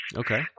okay